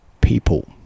people